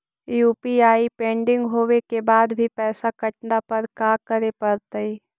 UPI pending होवे के बाद भी पैसा कटला पर का करे पड़तई?